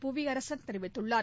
புவியரசன் தெரிவித்துள்ளார்